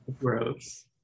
gross